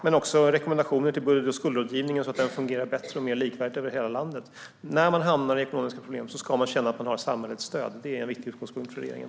Det finns även rekommendationer om budget och skuldrådgivning så att den ska fungera bättre och mer likvärdigt över hela landet. När man hamnar i ekonomiska problem ska man känna att man har samhällets stöd. Det är en viktig utgångspunkt för regeringen.